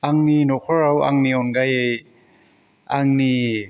आंनि न'खराव आंनि अनगायै आंनि